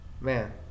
man